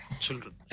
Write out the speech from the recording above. Children